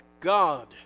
God